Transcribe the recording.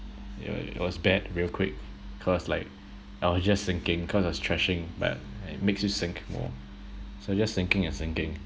it was bad real quick cause like I was just sinking cause I was thrashing but it makes you sink more so just sinking and sinking